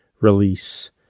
release